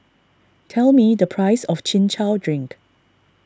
tell me the price of Chin Chow Drink